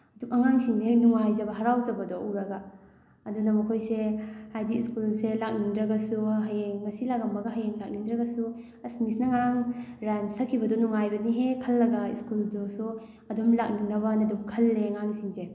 ꯑꯗꯣ ꯑꯉꯥꯡꯁꯤꯡꯁꯤꯅ ꯍꯦꯟꯅ ꯅꯨꯡꯉꯥꯏꯖ ꯍꯔꯥꯎꯖꯕꯗꯣ ꯎꯔꯒ ꯑꯗꯨꯅ ꯃꯈꯣꯏꯁꯦ ꯍꯥꯏꯗꯤ ꯁ꯭ꯀꯨꯜꯁꯦ ꯂꯥꯛꯅꯤꯡꯗ꯭ꯔꯒꯁꯨ ꯍꯌꯦꯡ ꯉꯁꯤ ꯂꯥꯛꯑꯝꯃꯒ ꯍꯌꯦꯡ ꯂꯥꯛꯅꯤꯡꯗ꯭ꯔꯒꯁꯨ ꯑꯁ ꯃꯤꯁꯅ ꯉꯔꯥꯡ ꯔꯥꯏꯝꯁ ꯁꯛꯈꯤꯕꯗꯣ ꯅꯨꯡꯉꯥꯏꯕꯅꯤꯍꯦ ꯈꯜꯂꯒ ꯁ꯭ꯀꯨꯜꯗꯨꯁꯨ ꯑꯗꯨꯝ ꯂꯥꯛꯅꯤꯡꯅꯕꯅ ꯑꯗꯨꯝ ꯈꯜꯂꯦ ꯑꯉꯥꯡꯁꯤꯡꯁꯦ